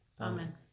Amen